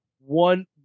one